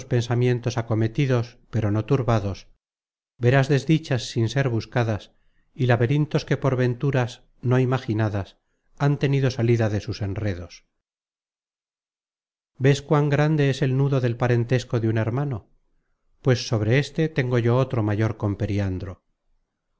pensamientos acometidos pero no turbados verás desdichas sin ser buscadas y laberintos que por venturas no imaginadas han tenido salida de sus enredos ves cuán grande es el nudo del parentesco de un hermano pues sobre este tengo yo otro mayor con periandro